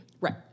Right